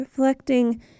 Reflecting